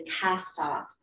cast-off